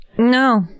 No